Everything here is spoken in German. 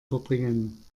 verbringen